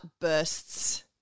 bursts